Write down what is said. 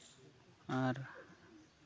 ᱟᱨ